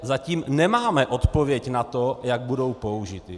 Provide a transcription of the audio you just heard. Zatím nemáme odpověď na to, jak budou použity.